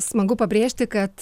smagu pabrėžti kad